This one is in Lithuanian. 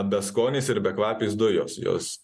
beskonės ir bekvapės dujos jos